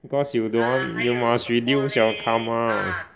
because you don't want you must reduce your karma